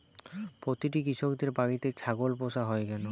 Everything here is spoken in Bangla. প্রতিটি কৃষকদের বাড়িতে ছাগল পোষা হয় কেন?